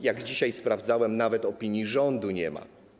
Jak dzisiaj sprawdzałem, nawet opinii rządu nie ma.